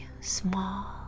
Small